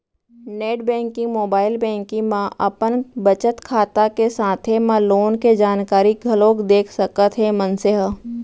net banking, mobile banking म अपन बचत खाता के साथे म लोन के जानकारी घलोक देख सकत हे मनसे ह